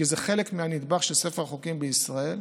כי זה חלק מהנדבך של ספר החוקים בישראל,